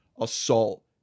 assault